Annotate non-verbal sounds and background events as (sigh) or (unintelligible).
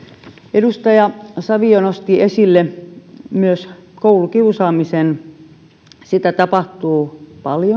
edustaja savio nosti esille myös koulukiusaamisen sitä tapahtuu paljon (unintelligible)